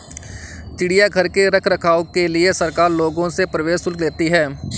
चिड़ियाघर के रख रखाव के लिए सरकार लोगों से प्रवेश शुल्क लेती है